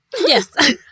yes